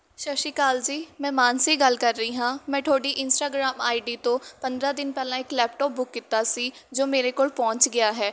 ਸਤਿ ਸ਼੍ਰੀ ਅਕਾਲ ਜੀ ਮੈਂ ਮਾਨਸੀ ਗੱਲ ਕਰ ਰਹੀ ਹਾਂ ਮੈਂ ਤੁਹਾਡੀ ਇੰਸਟਾਗਰਾਮ ਆਈਡੀ ਤੋਂ ਪੰਦਰਾਂ ਦਿਨ ਪਹਿਲਾਂ ਇੱਕ ਲੈਪਟਾਪ ਬੁੱਕ ਕੀਤਾ ਸੀ ਜੋ ਮੇਰੇ ਕੋਲ ਪਹੁੰਚ ਗਿਆ ਹੈ